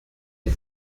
une